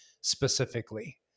specifically